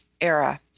era